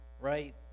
right